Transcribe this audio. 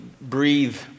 breathe